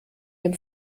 dem